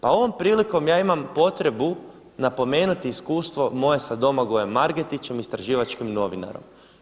Pa ovom prilikom ja imam potrebu napomenuti iskustvo moje sa Domagojem Margetićem istraživačkim novinarom.